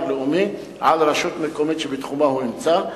לאומי על רשות מקומית שבתחומה הוא נמצא.